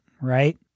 right